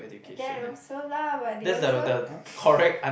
and that also lah but they also